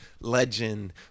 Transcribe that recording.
legend